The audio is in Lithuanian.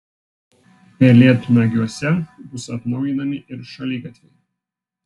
pelėdnagiuose bus atnaujinami ir šaligatviai